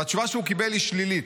והתשובה שהוא קיבל היא שלילית.